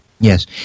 Yes